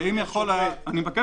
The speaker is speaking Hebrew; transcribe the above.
אענה.